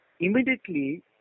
Immediately